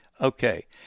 Okay